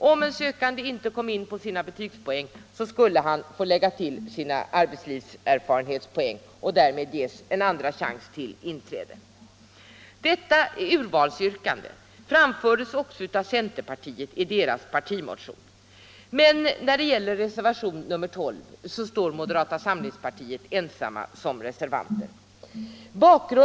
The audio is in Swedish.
Om en sökande inte kom in på sina betygspoäng skulle han få lägga till sina arbetslivserfarenhetspoäng och därmed ges en andra chans till inträde. Detta urvalsyrkande framfördes också av centerpartiet i dess partimotion. Men när det gäller reservationen 12 står vi moderater ensamma som reservanter.